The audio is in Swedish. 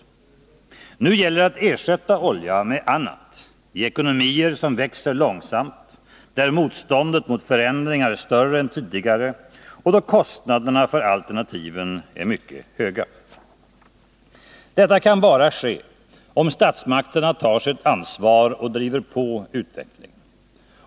Nu gäller det att ersätta olja med annat i ekonomier som växer långsamt, där motståndet mot förändringar är större än tidigare och då kostnaderna för alternativen ofta är mycket stora. Detta kan bara ske om statsmakterna tar sitt ansvar och driver på utvecklingen.